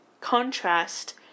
contrast